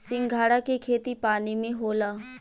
सिंघाड़ा के खेती पानी में होला